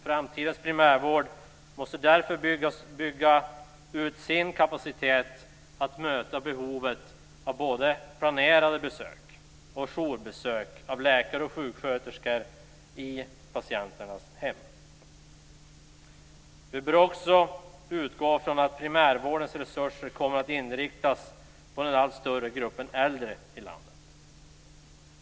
Framtidens primärvård måste alltså bygga ut sin kapacitet för att möta behovet av planerade besök och jourbesök av läkare och sjuksköterskor i patienternas hem. Vi bör också utgå från att primärvårdens resurser kommer att inriktas på den allt större gruppen äldre i landet.